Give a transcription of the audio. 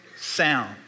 sound